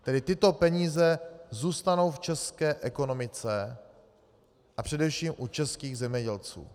Tedy tyto peníze zůstanou v české ekonomice a především u českých zemědělců.